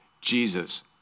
Jesus